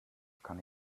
kann